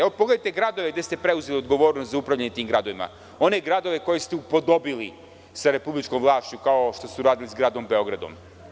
Evo, pogledajte gradove gde ste preuzeli odgovornost za upravljanje tim gradovima, one gradove koje ste upodobili sa republičkom vlašću, kao što ste uradili sa Gradom Beogradom.